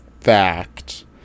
fact